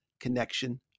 connection